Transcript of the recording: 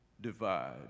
divide